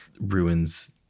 ruins